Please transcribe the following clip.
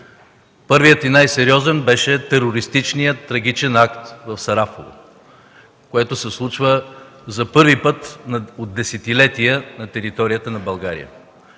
Първият и най-сериозен беше терористичният трагичен акт в Сарафово. Това се случва за първи път от десетилетия на територията на България.